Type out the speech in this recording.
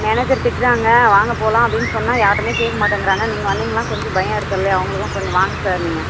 manager திட்டுறாங்க வாங்க போகலாம் அப்படின்னு சொன்னால் யாருமே கேட்க மாட்டங்கிறாங்க நீங்கள் வந்தீங்கன்னால் கொஞ்சம் பயம் இருக்கும் இல்லையா அவங்களுக்கும் கொஞ்சம் வாங்க சார் நீங்கள்